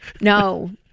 No